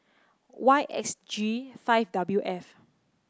Y X G five W F